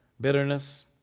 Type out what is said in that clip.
bitterness